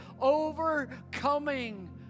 overcoming